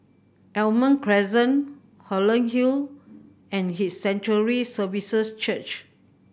Almond Crescent Holland Hill and His Sanctuary Services Church